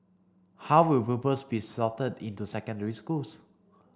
how will pupils be sorted into secondary schools